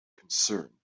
concerned